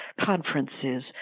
Conferences